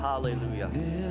Hallelujah